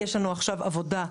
יש לנו עכשיו עבודה,